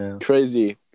crazy